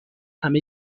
همه